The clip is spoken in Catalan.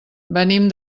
venim